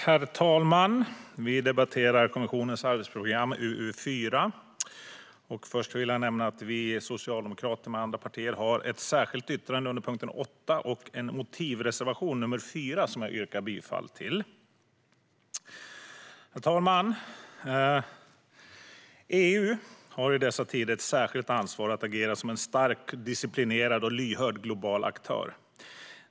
Herr talman! Vi debatterar kommissionens arbetsprogram, UU4. Först vill jag nämna att vi socialdemokrater tillsammans med andra partier har ett särskilt yttrande under punkt 8 och en motivreservation, nr 4, som jag yrkar bifall till. Herr talman! EU har i dessa tider ett särskilt ansvar att agera som en stark, disciplinerad och lyhörd global aktör.